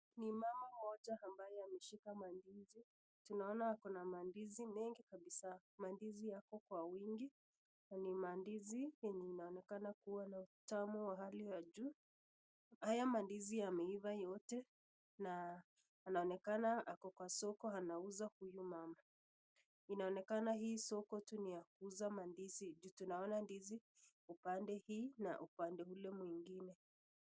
Ni mama mmoja ambaye anashika mandizi, tunaona ako na mandizi mengi kabisa, mandizi yako kwa uwingi na ni mandizi yenye inaonekana kuwa ni tamu wa hali ya juu, haya mandizi yameiva yote na anaonekana ako kwa soko anauza huyu mama. Inaonekana hii soko tu ni ya kuuza mandizi juu tunaona ndizi upande hii na upande ule mwingine.